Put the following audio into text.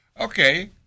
Okay